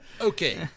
okay